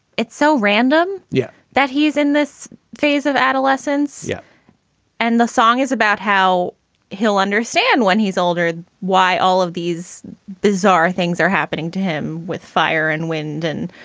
it's so random. yeah. that he's in this phase of adolescence yeah and the song is about how he'll understand when he's older why all of these bizarre things are happening to him with fire and wind. and